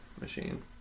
machine